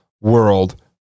world